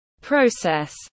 Process